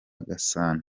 gasani